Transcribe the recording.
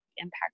impact